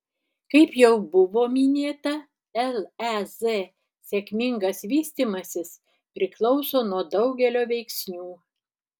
kaip jau buvo minėta lez sėkmingas vystymasis priklauso nuo daugelio veiksnių